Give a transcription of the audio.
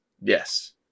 Yes